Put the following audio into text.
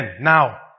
Now